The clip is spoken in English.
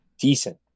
decent